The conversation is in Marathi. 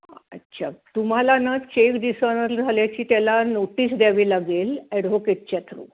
अच्छा तुम्हाला न चेक डिसऑनर झाल्याची त्याला नोटीस द्यावी लागेल ॲडवोकेटच्या थ्रू